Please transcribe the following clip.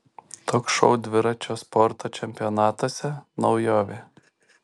toks šou dviračio sporto čempionatuose naujovė